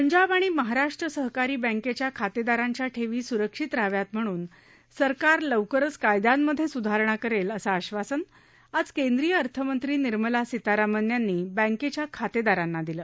पंजाब आणि महाराष्ट्र सहकारी बँकेच्या खातेदारांच्या ठेवी सुरक्षित रहाव्यात म्हणून सरकार लवकरच कायद्यांमधे सुधारणा करेल असं आधासन आज केंद्रीय अर्थ मंत्री निर्मला सीतारामण यांनी बँकेच्या खातेदारांना दिलं